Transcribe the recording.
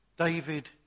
David